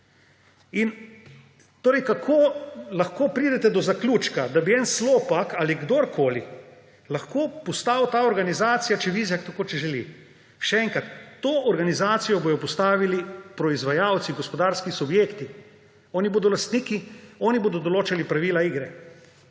kako lahko pridete do zaključka, da bi en Slopak ali kdorkoli lahko postal ta organizacija, če Vizjak tako želi? Še enkrat, to organizacijo bodo postavili proizvajalci, gospodarski subjekti. Oni bodo lastniki, oni bodo določali pravila igre.